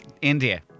India